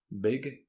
big